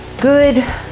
good